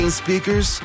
speakers